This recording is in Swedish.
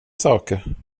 saker